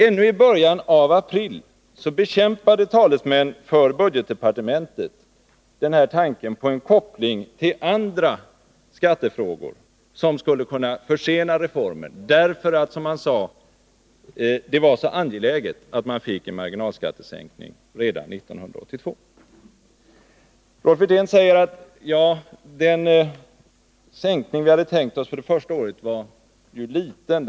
Ännui början av april bekämpade talesmän för budgetdepartementet tanken på en koppling till andra skattefrågor som skulle kunna försena reformen därför att det, som man sade, var så angeläget med en marginalskattesänkning redan 1982. Den sänkning som vi hade tänkt oss för det första året var liten.